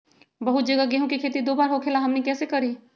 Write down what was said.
बहुत जगह गेंहू के खेती दो बार होखेला हमनी कैसे करी?